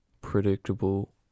predictable